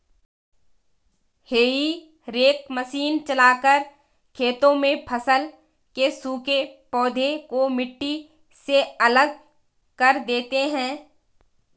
हेई rake machine चलाकर खेतों में फसल के सूखे पौधे को मिट्टी से अलग कर देते हैं